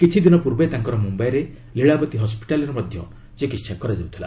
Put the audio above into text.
କିଛିଦିନ ପୂର୍ବେ ତାଙ୍କର ମ୍ବମ୍ୟାଇର ଲୀଳାବତୀ ହସ୍କିଟାଲ୍ ମଧ୍ୟ ଚିକିତ୍ସା କରାଯାଇଥିଲା